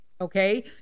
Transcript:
Okay